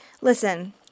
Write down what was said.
Listen